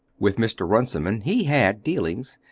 with mr. runciman he had dealings,